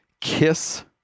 kiss